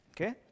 Okay